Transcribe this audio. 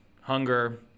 hunger